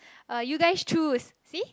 uh you guys choose see